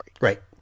Right